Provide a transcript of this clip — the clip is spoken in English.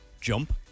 jump